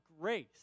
grace